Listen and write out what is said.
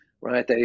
right